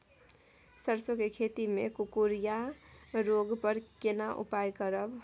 सरसो के खेती मे कुकुरिया रोग पर केना उपाय करब?